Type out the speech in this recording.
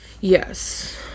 Yes